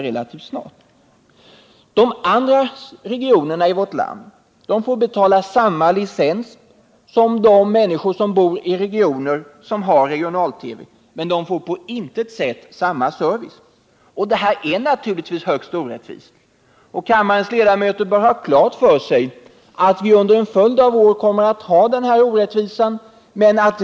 Människorna i de övriga regionerna i vårt land får betala samma licensavgift som de människor som bor i regioner med regional-TV, men de får på intet sätt samma service. Det är naturligtvis högst orättvist, och kammarens ledamöter bör ha klart för sig att vi under en följd av år kommer att ha den här orättvisan.